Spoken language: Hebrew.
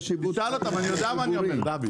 תשאל אותם, אני יודע מה אני אומר דוד.